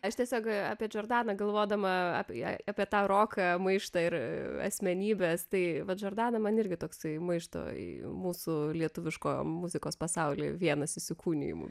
aš tiesiog apie džordaną galvodama apie ją apie tą roką maištą ir asmenybes tai va džordana man irgi toksai maišto į mūsų lietuviškojo muzikos pasauly vienas įsikūnijimų